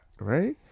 right